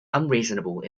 unreasonable